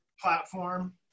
platform